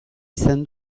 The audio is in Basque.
izan